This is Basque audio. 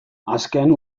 azken